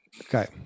Okay